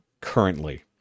currently